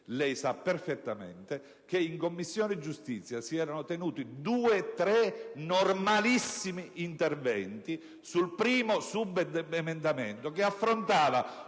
lei sa perfettamente che in Commissione giustizia si erano tenuti due o tre normalissimi interventi sul primo subemendamento, che affrontava